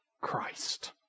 Christ